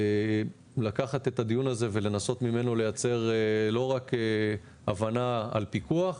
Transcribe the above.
לקחת את הדיון הזה ולנסות ממנו לייצר לא רק הבנה על פיקוח,